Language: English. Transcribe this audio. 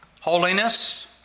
Holiness